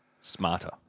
smarter